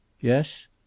Yes